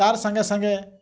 ତା'ର ସାଙ୍ଗେ ସାଙ୍ଗେ